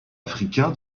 africain